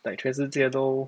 like 全世界都